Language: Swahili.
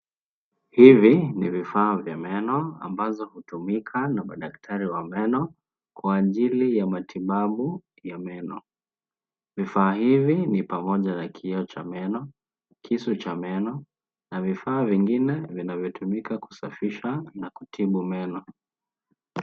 Hivi ni vifaa vya meno ambazo hutumika na madaktari wa meno kwa ajili ya matibabu ya meno. Vifaa hivi ni pamoja na kioo cha meno, kisu cha meno na vifaa vingine vinavyotumika kusafisha na kutibu meno.